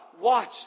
Watch